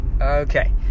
Okay